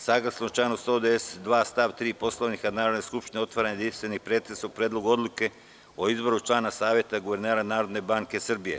Saglasno članu 192. stav 3. Poslovnika Narodne skupštine, otvaram jedinstveni pretres o Predlogu odluke o izboru člana Saveta guvernera Narodne banke Srbije.